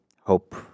hope